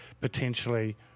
potentially